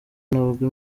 nabwo